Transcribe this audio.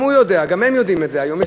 גם הוא יודע, גם הם יודעים את זה היום.